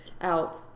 out